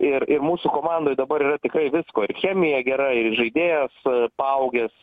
ir ir mūsų komandoj dabar yra tikrai visko ir chemija gera ir įžaidėjas paaugęs